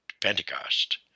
Pentecost